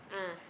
ah